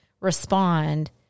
respond